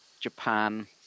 japan